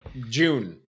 June